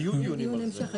היו דיונים.